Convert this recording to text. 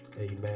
Amen